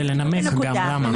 וגם לנמק למה.